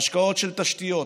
השקעות של תשתיות,